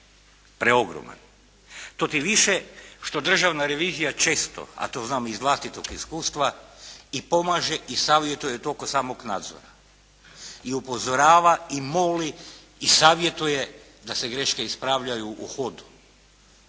preogroman. To tim više što Državna revizija često, a to znam i iz vlastitog iskustva i pomaže i savjetuje tokom samog nadzora, i upozorava i moli i savjetuje da se greške ispravljaju u hodu.